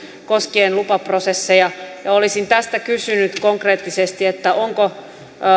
koskien lupaprosesseja olisin tästä kysynyt konkreettisesti onko